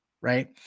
right